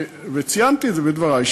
וציינתי את זה בדברי,